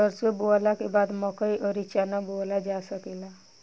सरसों बोअला के बाद मकई अउर चना बोअल जा सकेला